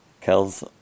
Kel's